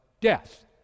death